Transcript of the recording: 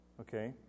Okay